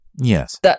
Yes